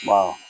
Wow